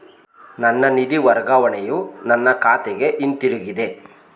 ನನ್ನ ನಿಧಿ ವರ್ಗಾವಣೆಯು ನನ್ನ ಖಾತೆಗೆ ಹಿಂತಿರುಗಿದೆ